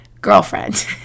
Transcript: girlfriend